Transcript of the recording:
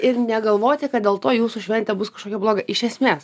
ir negalvoti kad dėl to jūsų šventė bus kažkokia bloga iš esmės